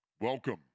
welcome